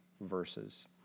verses